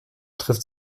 trifft